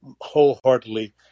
wholeheartedly